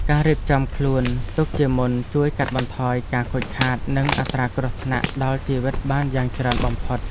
ការរៀបចំខ្លួនទុកជាមុនជួយកាត់បន្ថយការខូចខាតនិងអត្រាគ្រោះថ្នាក់ដល់ជីវិតបានយ៉ាងច្រើនបំផុត។